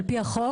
על פי החוק,